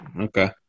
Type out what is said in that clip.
Okay